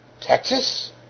Texas